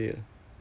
orh